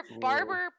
barber